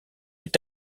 est